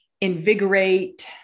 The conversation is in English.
invigorate